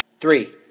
Three